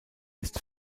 ist